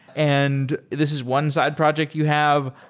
and this is one side project you have.